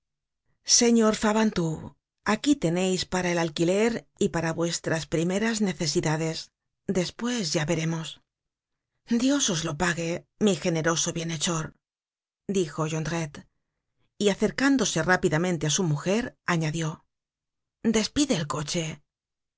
señor fabantou aquí tenéis para el alquiler y para vuestras primeras necesidades despues ya veremos dios os lo pague mi generoso bienhechor dijo jondrette y acercándose rápidamente á su mujer añadió despide el coche la